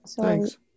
Thanks